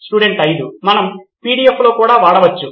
student 5 మనం PDF లో కూడా వాడవచ్చు